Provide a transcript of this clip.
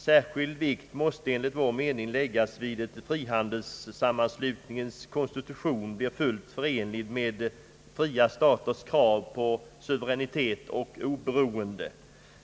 Särskild vikt måste enligt vår mening läggas vid att frihandelssammanslutningens konstitution blir fullt förenlig med fria staters krav på suveränitet och oberoende.